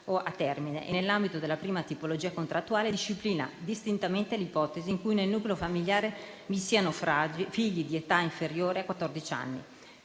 o a termine e, nell'ambito della prima tipologia contrattuale, disciplina distintamente l'ipotesi in cui nel nucleo familiare vi siano figli di età inferiore a